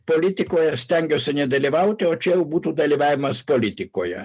politikoje aš stengiuosi nedalyvauti o čia jau būtų dalyvavimas politikoje